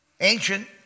ancient